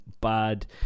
bad